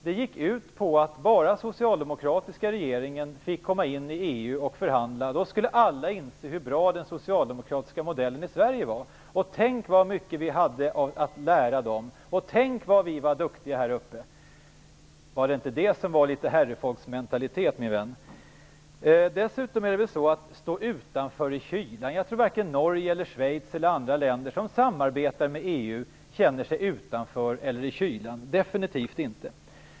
Det gick ut på att bara den socialdemokratiska regeringen fick komma in i EU och förhandla skulle alla inse hur bra den socialdemokratiska modellen i Sverige är. Tänk så mycket vi hade att lära de andra, och tänk så duktiga vi var här uppe! Var inte det litet av herrefolksmentalitet? Vad gäller att stå utanför i kylan tror jag inte att vare sig Norge, Schweiz eller andra länder som samarbetar med EU känner sig utanför eller i kylan - definitivt inte.